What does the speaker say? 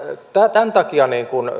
tämän takia